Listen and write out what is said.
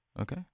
Okay